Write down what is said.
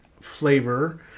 flavor